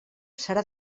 serà